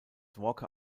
walker